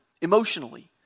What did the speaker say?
emotionally